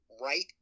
right